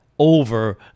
over